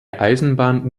eisenbahn